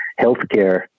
healthcare